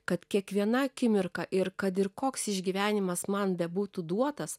kad kiekviena akimirka ir kad ir koks išgyvenimas man bebūtų duotas